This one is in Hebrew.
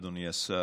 כן.